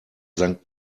sankt